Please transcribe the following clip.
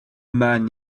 man